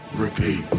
repeat